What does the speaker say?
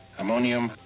ammonium